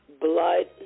blood